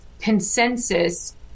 consensus